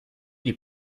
les